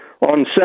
on